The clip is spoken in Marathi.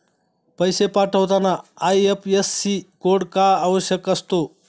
पैसे पाठवताना आय.एफ.एस.सी कोड का आवश्यक असतो?